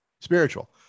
spiritual